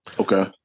Okay